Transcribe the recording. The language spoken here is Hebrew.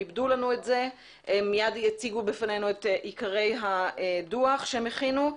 הם עיבדו לנו את זה ומיד הם יציגו בפנינו את עיקרי הדוח שהם הכינו.